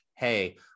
hey